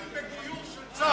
היום היינו בדיון בגיור של צה"ל,